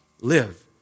live